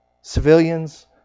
Civilians